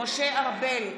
משה ארבל,